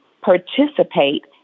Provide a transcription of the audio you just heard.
participate